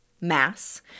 mass